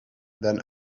than